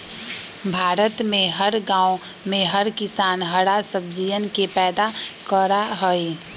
भारत में हर गांव में हर किसान हरा सब्जियन के पैदा करा हई